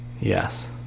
Yes